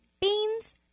beans